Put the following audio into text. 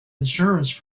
insurance